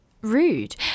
rude